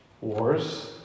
wars